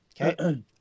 Okay